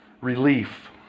relief